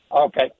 Okay